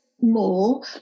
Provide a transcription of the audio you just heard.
More